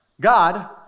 God